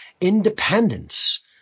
Independence